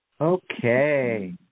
okay